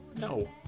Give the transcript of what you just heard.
no